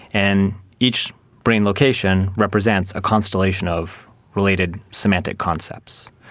and each brain location represents a constellation of related semantic concepts.